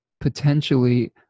potentially